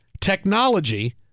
technology